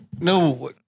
No